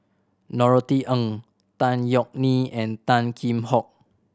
Norothy Ng Tan Yeok Nee and Tan Kheam Hock